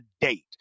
date